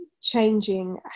changing